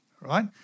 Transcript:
right